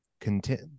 content